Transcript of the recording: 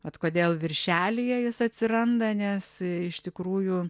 bet kodėl viršelyje jis atsiranda nes iš tikrųjų